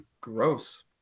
Gross